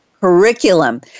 curriculum